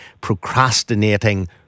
procrastinating